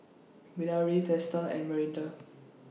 Bilahari Teesta and Manindra